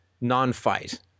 non-fight